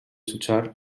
jutjar